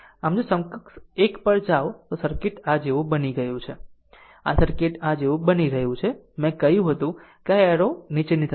આમ જો જો સમકક્ષ એક પર જાઓ તો સર્કિટ આ જેવું બની રહ્યું છે આ સર્કિટ આ જેવું બની રહ્યું છે મેં કહ્યું હતું કે આ એરો આ એરો નીચેની તરફ રહેશે